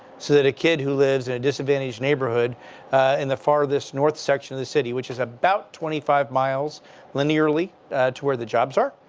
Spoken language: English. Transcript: so that a kid who lives in a disadvantaged neighborhood in the farthest north section of the city. which is about twenty five miles linearly to where the jobs are.